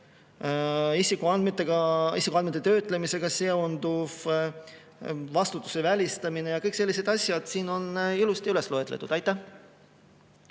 isikuandmete töötlemisega seonduv, vastutuse välistamine ja kõik sellised asjad on ilusti üles loetud. Kert